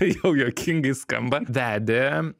tai jau juokingai skamba vedė